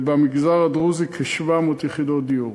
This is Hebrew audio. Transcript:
ובמגזר הדרוזי, כ-700 יחידות דיור.